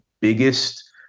biggest